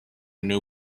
new